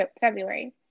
February